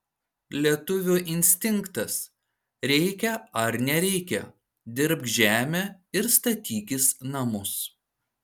lietuvių instinktas reikia ar nereikia dirbk žemę ir statykis namus